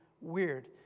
weird